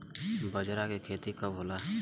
बजरा के खेती कब होला?